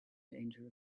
danger